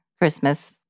Christmas